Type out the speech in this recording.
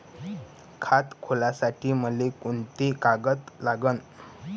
खात खोलासाठी मले कोंते कागद लागन?